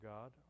God